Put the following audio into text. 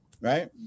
right